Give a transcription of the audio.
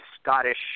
Scottish